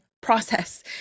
process